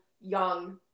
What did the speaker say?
young